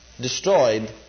destroyed